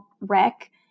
wreck